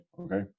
Okay